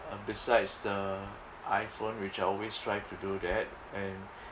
uh besides the iPhone which I always try to do that and